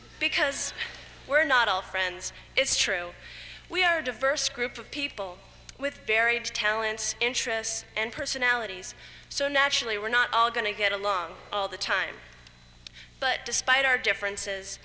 because we're not all friends it's true we are a diverse group of people with varied talents interests and personalities so naturally we're not all going to get along all the time but despite our differences